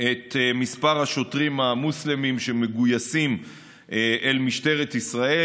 את מספר השוטרים המוסלמים שמגויסים למשטרת ישראל,